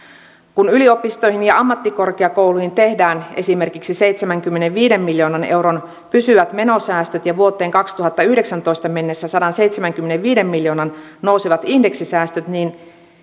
kun yliopistoihin ja ammattikorkeakouluihin tehdään esimerkiksi seitsemänkymmenenviiden miljoonan euron pysyvät menosäästöt ja vuoteen kaksituhattayhdeksäntoista mennessä sadanseitsemänkymmenenviiden miljoonan nousevat indeksisäästöt niin